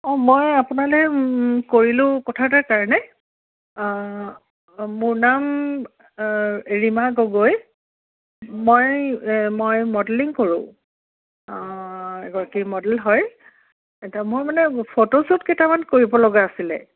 অঁ মই আপোনালৈ কৰিলোঁ কথা এটাৰ কাৰণে মোৰ নাম ৰীমা গগৈ মই মই মডেলিং কৰোঁ এগৰাকী মডেল হয় এটা মই মানে ফটোশ্বুট কেইটামান কৰিবলগা আছিলে